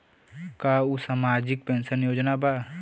का उ सामाजिक पेंशन योजना बा?